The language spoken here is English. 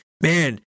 man